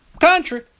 country